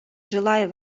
желаю